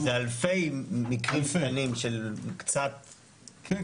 זה אלפי מקרים קטנים של קצת --- כן,